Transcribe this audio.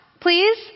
Please